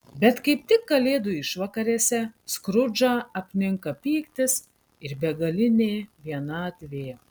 bet kaip tik kalėdų išvakarėse skrudžą apninka pyktis ir begalinė vienatvė